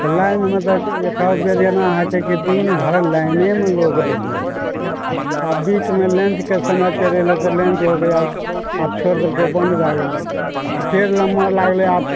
तऽ लाइनमे तऽ एक बेर एना होइ छै कि दिन भरि लाइनेमे लोग रहि जाइ छै आब बीचमे लॅंचके समय चलि अयलै तऽ लॅंच हो गेल आब छोरि देलकै बन्द भऽ गेलै आ फेर नम्बर लागलै आब